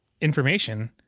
information